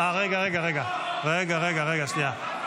רגע, רגע, רגע, שנייה.